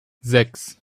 sechs